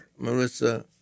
Marissa